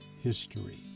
history